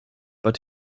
but